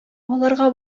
аларга